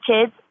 kids